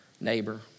neighbor